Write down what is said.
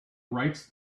writes